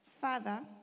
Father